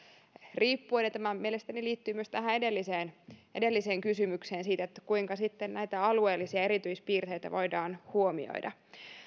riippuen ja tämä mielestäni liittyy myös tähän edelliseen edelliseen kysymykseen siitä kuinka sitten näitä alueellisia erityispiirteitä voidaan huomioida